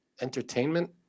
entertainment